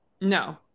No